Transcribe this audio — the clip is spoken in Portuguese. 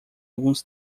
alguns